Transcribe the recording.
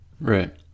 Right